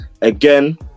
Again